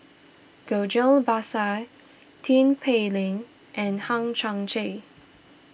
Ghillie Basan Tin Pei Ling and Hang Chang Chieh